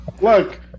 Look